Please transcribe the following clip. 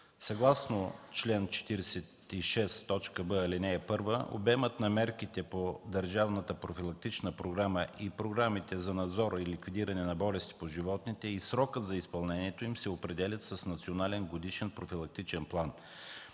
Съгласно чл. 46б, ал. 1 обемът на мерките по държавната профилактична програма и програмите за надзор и ликвидиране на болестите по животните и срокът за изпълнението им се определят с Национален годишен профилактичен план,